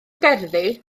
gerddi